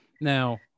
now